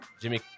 Jimmy